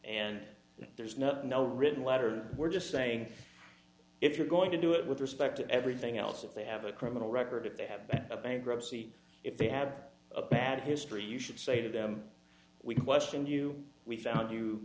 and there's nothing no written letter we're just saying if you're going to do it with respect to everything else if they have a criminal record if they have a bankruptcy if they have a bad history you should say to them we questioned you we found you